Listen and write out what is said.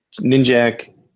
Ninjak